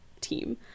team